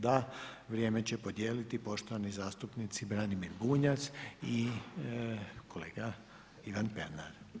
Da, vrijeme će podijeliti poštovani zastupnici Branimir Bunjac i kolega Ivan Pernar.